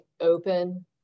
open